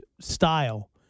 style